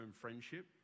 friendship